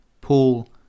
Paul